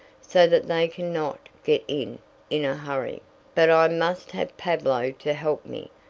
so that they can not get in in a hurry but i must have pablo to help me,